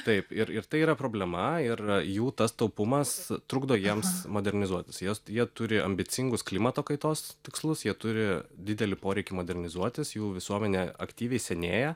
taip ir ir tai yra problema ir jų tas taupumas trukdo jiems modernizuotis jos jie turi ambicingus klimato kaitos tikslus jie turi didelį poreikį modernizuotis jų visuomenė aktyviai senėja